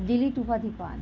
delete উপাধি পান